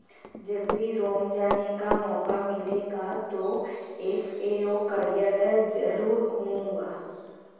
जब भी रोम जाने का मौका मिलेगा तो एफ.ए.ओ कार्यालय जरूर घूमूंगा